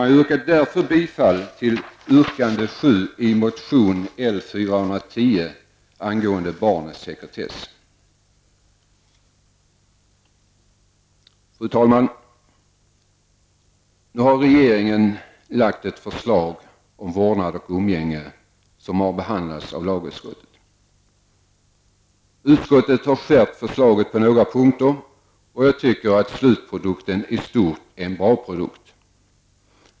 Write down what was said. Jag hemställer därför om bifall till yrkande 7 i motion L410 angående barnets sekretess. Fru talman! Nu har regeringen lagt ett förslag om vårdnad och umgänge som har behandlats av lagutskottet. Utskottet har skärpt förslaget på några punkter, och jag tycker att slutprodukten i stort är en bra produkt.